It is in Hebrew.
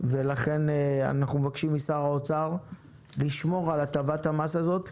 ולכן אנחנו מבקשים משר האוצר לשמור על הטבת המס הזאת,